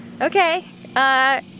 okay